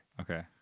Okay